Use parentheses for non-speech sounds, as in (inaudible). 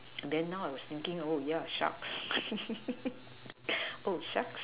and then now I was thinking oh yeah sharks (noise) oh sharks